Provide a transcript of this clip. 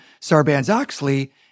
Sarbanes-Oxley